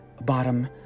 bottom